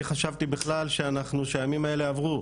אני חשבתי בכלל שהימים האלה עברו,